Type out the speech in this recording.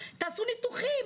תעשו ניתוחים,